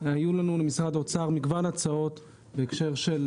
היו לנו ממשרד האוצר מגוון הצעות בהקשר של